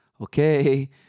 okay